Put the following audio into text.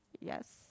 Yes